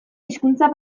hizkuntza